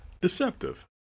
deceptive